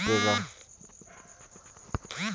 कईसे कईसे दूसरे के खाता में पईसा भेजल जा सकेला?